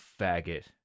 faggot